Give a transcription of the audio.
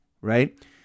right